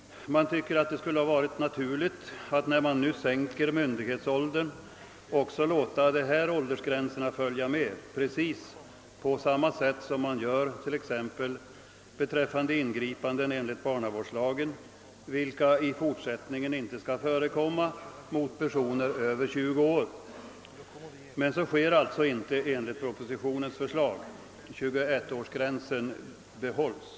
Man tycker att det skulle ha varit naturligt, när nu myndighetsåldern sänks, att också låta dessa åldersgränser följa med på samma sätt som man gör t.ex. beträffande ingripanden enligt barnavårdslagen, vilka i fortsättningen inte skall förekomma mot personer över 20 år. Men så sker alltså inte enligt propo sitionens förslag, utan 21-årsgränsen behålls.